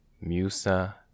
Musa